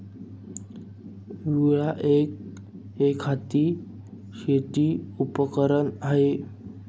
विळा एक, एकहाती शेती उपकरण आहे